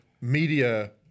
media